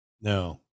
No